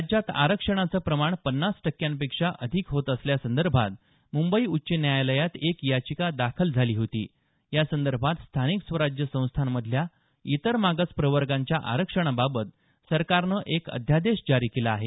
राज्यात आरक्षणाचं प्रमाण पन्नास टक्क्यांपेक्षा अधिक होत असल्यासंदर्भात मुंबई उच्च न्यायालयात एक याचिका दाखल झाली होती या संदर्भात स्थानिक स्वराज्य संस्थामधल्या इतर मागास प्रवर्गाच्या आरक्षणाबाबत सरकारनं एक अध्यादेश जारी केला आहे